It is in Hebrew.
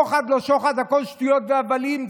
שוחד, לא שוחד, הכול שטויות והבלים.